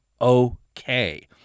okay